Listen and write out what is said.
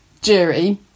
jury